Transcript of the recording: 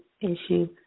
issue